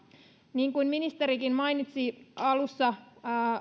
niin kuin ministerikin mainitsi alussa